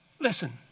Listen